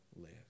live